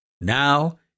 Now